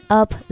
up